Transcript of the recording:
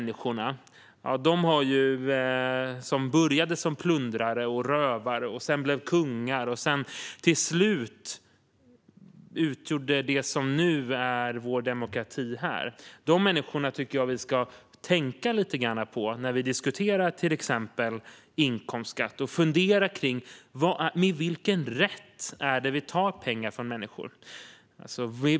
Vi ska tänka på de människorna som började som plundrare och rövare, som sedan blev kungar, och till slut har utgjort de som är en del av vår demokrati, när vi diskuterar till exempel inkomstskatt. Jag tycker att vi ska fundera på med vilken rätt vi tar pengar från människor.